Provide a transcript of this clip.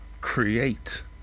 create